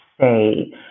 say